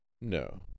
No